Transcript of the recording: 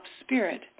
spirit